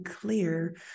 clear